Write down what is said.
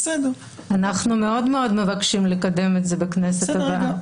אנחנו מאוד מאוד מבקשים לקדם את זה בכנסת הבאה.